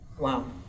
Wow